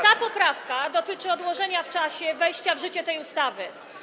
Ta poprawka dotyczy odłożenia w czasie wejścia w życie tej ustawy.